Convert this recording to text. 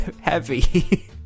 heavy